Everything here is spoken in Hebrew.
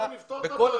אנחנו נפתור שם את הבעיה.